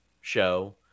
show